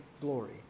glory